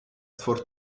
for